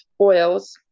oils